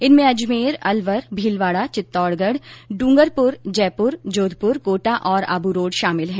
इनमें अजमेर अलवर भीलवाड़ा चित्तौडगढ़ डूंगरपुर जयपुर जोधपुर कोटा और आबूरोड शामिल है